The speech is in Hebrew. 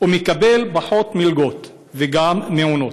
ומקבל פחות מלגות וגם מעונות.